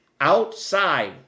outside